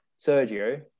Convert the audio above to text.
Sergio